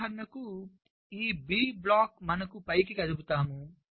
ఉదాహరణకు ఈ B block మనము పైకి కడుపుతాము